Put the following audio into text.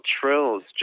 trills